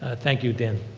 ah thank you dan.